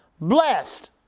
Blessed